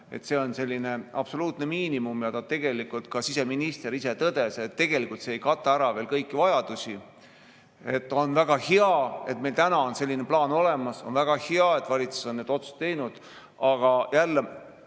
seal on, on selline absoluutne miinimum. Tegelikult ka siseminister ise tõdes, et see ei kata ära kõiki vajadusi. On väga hea, et meil on selline plaan olemas. On väga hea, et valitsus on need otsused teinud. Aga jälle,